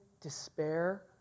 despair